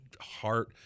heart